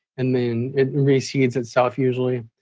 i mean it reseeds itself usually.